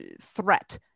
threat